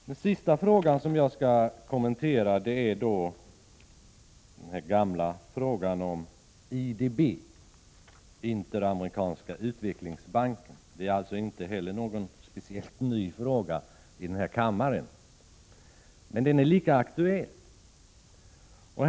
Den sista fråga jag skall kommentera är den gamla frågan om IDB, Interamerikanska utvecklingsbanken — det är alltså inte heller någon fråga som är speciellt ny här i kammaren, men den är fortfarande lika aktuell.